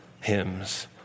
hymns